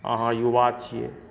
अहाँ युवा छियै